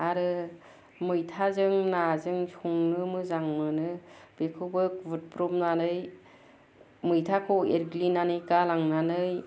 आरो मैथाजों नाजों संनो मोजां मोनो बेखौबो गुदब्रबनानै मैथाखौ एटग्लिनानै गालांनानै